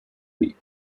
league